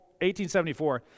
1874